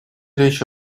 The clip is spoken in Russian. речь